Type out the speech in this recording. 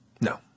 No